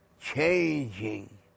changing